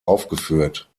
aufgeführt